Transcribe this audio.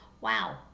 Wow